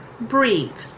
Breathe